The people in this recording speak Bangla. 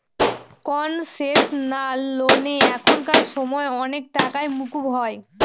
কনসেশনাল লোনে এখানকার সময় অনেক টাকাই মকুব হয়